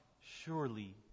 surely